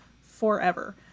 forever